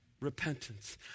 Repentance